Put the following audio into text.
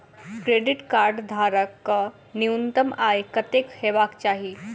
Credit card धारक कऽ न्यूनतम आय कत्तेक हेबाक चाहि?